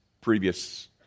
previous